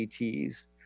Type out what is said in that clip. ETs